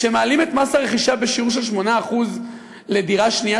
כשמעלים את מס הרכישה בשיעור של 8% לדירה שנייה,